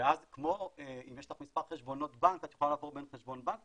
ואז אם יש לך מספר חשבונות בנק את יכולה לעבור בין חשבונות בנק,